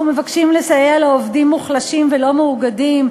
אנחנו מבקשים לסייע לעובדים מוחלשים ולא מאוגדים,